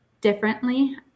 differently